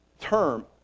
term